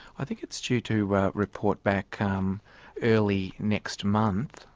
i think it's due to report back um early next month.